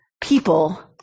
people